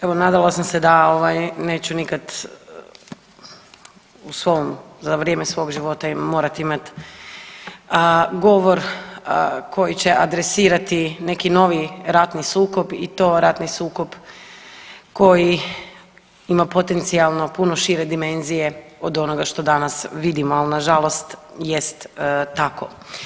Evo nadala sam se da neću nikad u svom, za vrijeme svog života morat imat govor koji će adresirati neki novi ratni sukob i to ratni sukob koji ima potencijalno puno šire dimenzije od onoga što danas vidimo, ali nažalost jest tako.